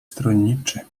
stronniczy